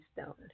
stoned